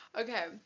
Okay